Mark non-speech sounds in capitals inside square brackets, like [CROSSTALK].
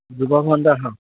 [UNINTELLIGIBLE]